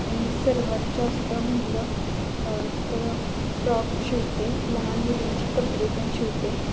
मी सर्वात जास्त म्हटलं तर फ्रॉक शिवते लहान मुलींचे कपडे पण शिवते